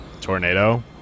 tornado